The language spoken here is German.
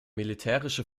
militärische